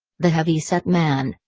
the heavyset man,